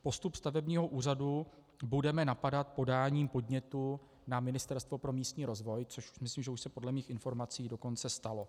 Postup stavebního úřadu budeme napadat podáním podnětu na Ministerstvo pro místní rozvoj, což myslím, že už se podle mých informací dokonce stalo.